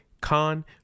Khan